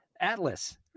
Atlas